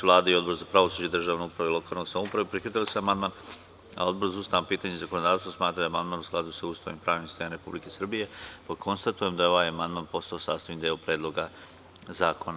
Vlada i Odbor za pravosuđe, državnu upravu i lokalnu samoupravu prihvatili su amandman, a Odbor za ustavna pitanja i zakonodavstvo smatra da je amandman u skladu sa Ustavom i pravnim sistemom Republike Srbije, pa konstatujem da je ovaj amandman postao sastavni deo Predloga zakona.